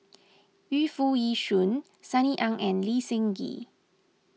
Yu Foo Yee Shoon Sunny Ang and Lee Seng Gee